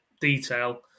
detail